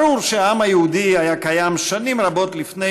ברור שהעם היהודי היה קיים שנים רבות לפני